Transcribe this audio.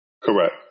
Correct